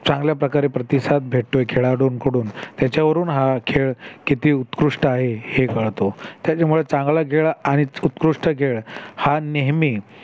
चांगल्या प्रकारे प्रतिसाद भेटतोय खेळाडूंकडून ह्याच्यावरून हा खेळ किती उत्कृष्ट आहे हे कळतो त्याच्यामुळे चांगला खेळ आणि उत्कृष्ट खेळ हा नेहमी